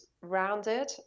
Rounded